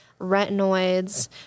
retinoids